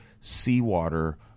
Seawater